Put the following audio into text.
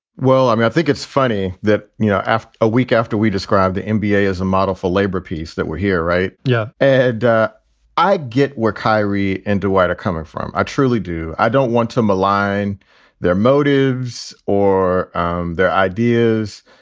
well, i mean, i think it's funny that, you know, after a week after we described the and nba as a model for labor peace, that we're here, right? yeah. and i get where kyrie and dwight are coming from. i truly do. i don't want to malign their motives or um their ideas,